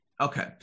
Okay